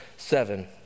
Seven